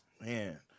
Man